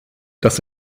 das